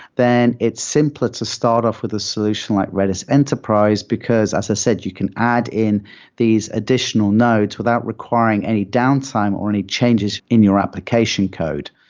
then it's simpler to start off with a solution like redis enterprise, because as a said, you can add in these additional notes without requiring any downtime or any changes in your application code.